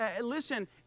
listen